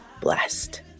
blessed